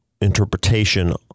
interpretation